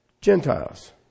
Gentiles